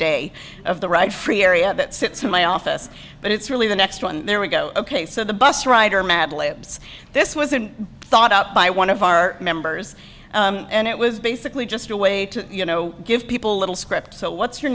day of the ride free area that sits in my office but it's really the next one there we go ok so the bus rider mad libs this wasn't thought out by one of our members and it was basically just a way to you know give people a little script so what's your